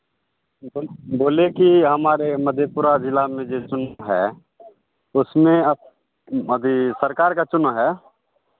ब् बोले कि हमारे मधेपुरा जिला में जेसून है उसमें अ अथी सरकार का चुनाव है